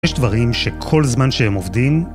יש דברים שכל זמן שהם עובדים